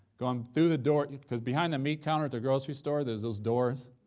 going through the door cause behind the meat counter at the grocery store there's those doors,